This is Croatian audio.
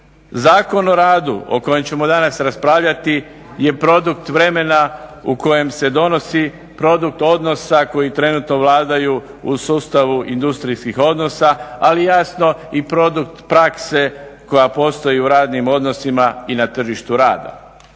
Zakon o radu o kojem ćemo danas raspravljati je produkt vremena u kojem se donosi produkt odnosa koji trenutno vladaju u sustavu industrijskih odnosa, ali jasno i produkt prakse koja postoji u radnim odnosima i na tržištu rada.